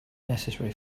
necessary